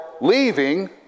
leaving